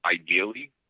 Ideally